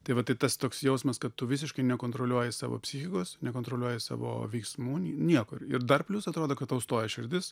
tai vat tai tas toks jausmas kad tu visiškai nekontroliuoji savo psichikos nekontroliuoji savo veiksmų nieko ir dar plius atrodo kad tau stoja širdis